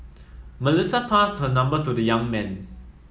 Melissa passed her number to the young man